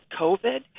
COVID